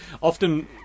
often